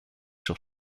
sur